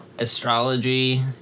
Astrology